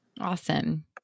Awesome